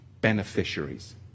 beneficiaries